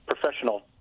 professional